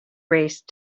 race